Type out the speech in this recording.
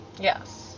Yes